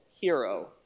hero